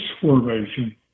formation